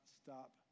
stop